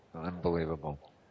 unbelievable